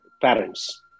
parents